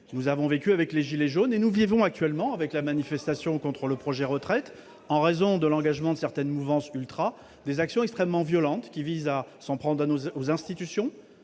Nous avons vécu avec les « gilets jaunes » et nous vivons actuellement avec les manifestations contre le projet de réforme des retraites, en raison de l'engagement de certaines mouvances ultra, des actions extrêmement violentes qui visent nos institutions